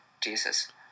Jesus